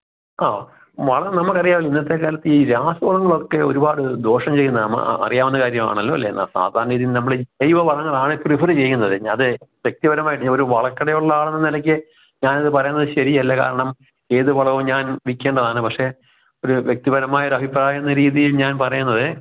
അ വളം നമ്മൾ അറിയാമല്ലോ ഇന്നത്തെ കാലത്ത് ഈ രാസവളങ്ങളൊക്കെ ഒരുപാട് ദോഷം ചെയ്യുന്നതാന്ന് അറിയാവുന്ന കാര്യമാണല്ലോ അല്ലേ കാരണം ഇതിൽ നിന്ന് നമ്മൾ ജൈവ വളങ്ങൾ ആണ് പ്രിഫറ് ചെയ്യുന്നത് അത് വ്യക്തിപരമായിട്ട് ഒരു വളക്കടയുള്ള ആളെന്ന നിലയ്ക്ക് ഞാൻ ഇത് പറയുന്നത് ശരിയല്ല കാരണം ഏതു വളവും ഞാൻ വിൽക്കേണ്ടതാണ് പക്ഷേ ഒരു വ്യക്തിപരമായ ഒരു അഭിപ്രായം എന്ന രീതിയിൽ ഞാൻ പറയുന്നത്